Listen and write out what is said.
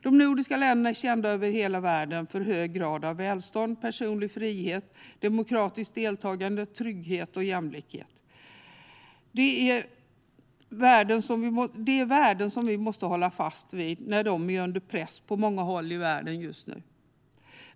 De nordiska länderna är kända över hela världen för hög grad av välstånd, personlig frihet, demokratiskt deltagande, trygghet och jämlikhet. Det är värden som vi måste hålla fast vid. De är satta under press på många håll i världen just nu.